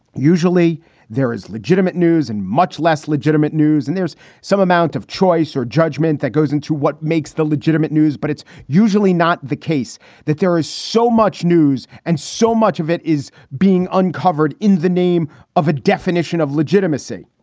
usually there is legitimate news and much less legitimate news and there's some amount of choice or judgment that goes into what makes the legitimate news. but it's usually not the case that there is so much news and so much of it is being uncovered in the name of a definition of legitimacy.